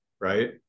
Right